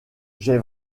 j’ai